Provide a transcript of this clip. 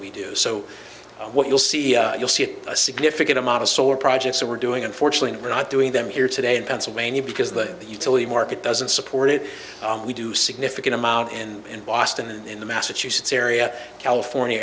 we do so what you'll see you'll see it a significant amount of solar projects that we're doing unfortunately we're not doing them here today in pennsylvania because the utility market doesn't support it we do significant amount and in boston in the massachusetts area california